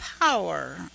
power